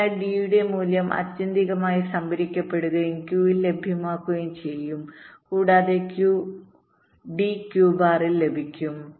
അതിനാൽ D യുടെ മൂല്യം ആത്യന്തികമായി സംഭരിക്കപ്പെടുകയും Q ൽ ലഭ്യമാകുകയും ചെയ്യും കൂടാതെ D ബാർ Q ബാറിൽ ലഭ്യമാകും